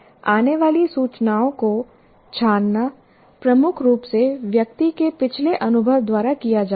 आने वाली सूचनाओं को छानना प्रमुख रूप से व्यक्ति के पिछले अनुभव द्वारा किया जाता है